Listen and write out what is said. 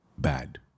bad